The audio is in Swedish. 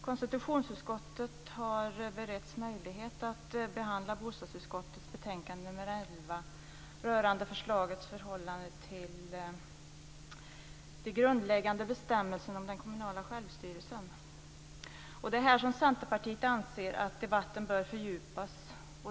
Konstitutionsutskottet har beretts möjlighet att behandla bostadsutskottets betänkande nr 11 rörande förslagets förhållande till de grundläggande bestämmelserna om den kommunala självstyrelsen. Och det är här som Centerpartiet anser att debatten bör fördjupas.